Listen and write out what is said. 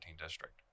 district